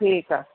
ठीकु आहे